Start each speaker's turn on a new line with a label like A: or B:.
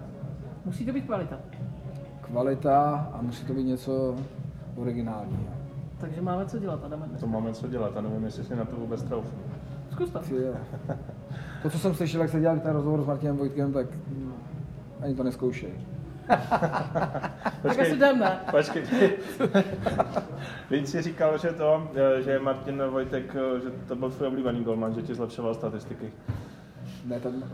A: Musí to být kvalita.
B: Kvalita a musí to být něco originální.
A: Takže máme co dělat, Adame, dneska.
C: To máme co dělat a nevím, jestli si na to vůbec troufnu.
A: Zkus to.
B: Ty jo. To, co jsem slyšel, jak se dělá ten rozhovor s Martinem Vojtkem, tak, mm, ani to nezkoušej.
C: Počkej.
A: Tak asi jdeme.
C: Počkej. Vinci říkal, že to, že Martin Vojtek, že to byl tvůj oblíbený golman, že ti zlepšoval statistiky.
B: Ne, to-